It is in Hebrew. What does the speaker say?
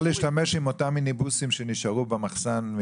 להשתמש באותם מיניבוסים שנשארו במחסן,